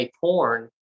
porn